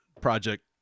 Project